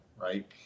right